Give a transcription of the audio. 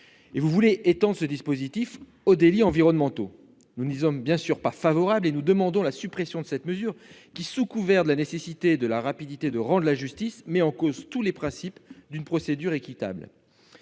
Et vous voulez étendre ce dispositif aux délits environnementaux ! Nous n'y sommes bien sûr pas favorables. Nous demandons donc la suppression de cette mesure qui, sous couvert de rendre la justice avec célérité, remet en cause tous les principes d'une procédure équitable.